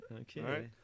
Okay